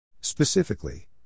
Specifically